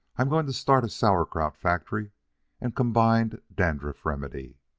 i'm going to start a sauerkraut factory and combined dandruff remedy.